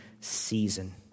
season